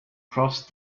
crossed